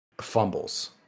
fumbles